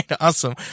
Awesome